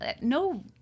no